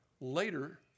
later